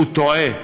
טועה.